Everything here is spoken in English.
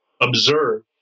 observe